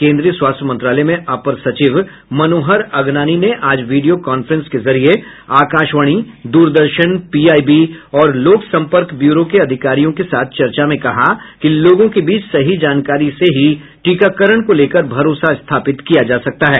केन्द्रीय स्वास्थ्य मंत्रालय में अपर सचिव मनोहर अगनानी ने आज वीडियो कांफ्रेंस के जरिये आकाशवाणी दूरदर्शन पीआईबी और लोक संपर्क ब्यूरो के अधिकारियों के साथ चर्चा में कहा कि लोगों के बीच सही जानकारी से ही टीकाकरण को लेकर भरोसा स्थापित किया जा सकता है